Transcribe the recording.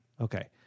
okay